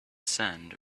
sand